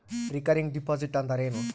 Recurring deposit ಅಂದರೇನು?